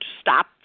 stop